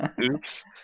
Oops